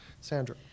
Sandra